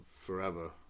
forever